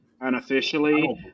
unofficially